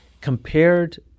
compared